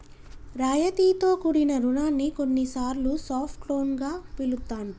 రాయితీతో కూడిన రుణాన్ని కొన్నిసార్లు సాఫ్ట్ లోన్ గా పిలుత్తాండ్రు